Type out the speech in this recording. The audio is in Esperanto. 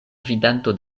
gvidanto